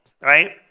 right